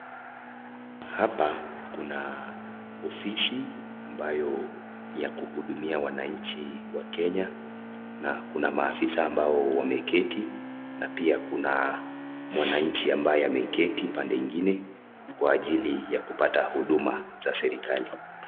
Hapa kuna ofisi ambayo ya kuhudumia wananchi wakenya na kuna mafisa ambao wameketi na pia kuna mwananchi ambaye ameketi pande ingine kwa ajili ya kupata uduma za serekali.